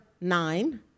nine